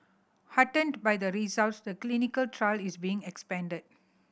heartened by the results the clinical trial is being expanded